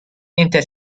inter